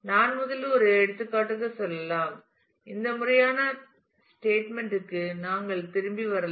நான் முதலில் ஒரு எடுத்துக்காட்டுக்கு செல்லலாம் இந்த முறையான பேட்மேன்ட் க்கு நாங்கள் திரும்பி வரலாம்